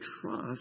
trust